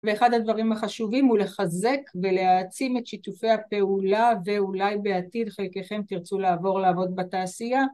ואחד הדברים החשובים הוא לחזק ולהעצים את שיתופי הפעולה ואולי בעתיד חלקכם תרצו לעבור לעבוד בתעשייה